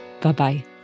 Bye-bye